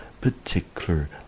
particular